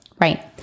Right